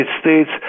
States